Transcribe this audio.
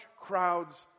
crowds